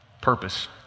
Purpose